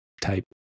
type